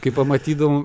kai pamatydavo